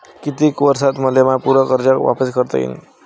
कितीक वर्षात मले माय पूर कर्ज वापिस करता येईन?